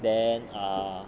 then err